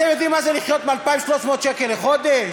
אתם יודעים מה זה לחיות ב-2,300 שקל לחודש?